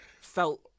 felt